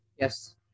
Yes